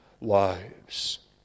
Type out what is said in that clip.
lives